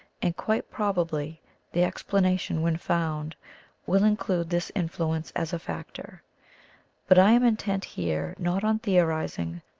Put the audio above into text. and quite probably the explanation when found will include this influence as a factor but i am intent here not on theorizing,